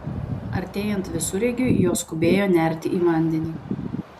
artėjant visureigiui jos skubėjo nerti į vandenį